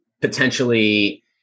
potentially